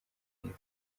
mwiza